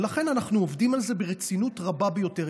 ולכן אנחנו עובדים על זה ברצינות רבה ביותר.